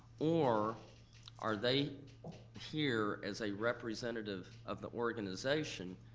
or are they here as a representative of the organization,